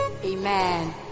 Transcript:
Amen